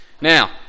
Now